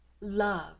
love